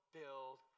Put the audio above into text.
build